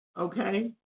Okay